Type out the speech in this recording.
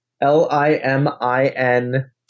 L-I-M-I-N